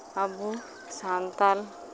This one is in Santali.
ᱟᱵᱚ ᱥᱟᱱᱛᱟᱲ